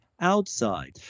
outside